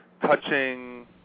touching